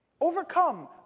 Overcome